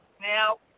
Now